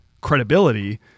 credibility